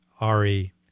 Ari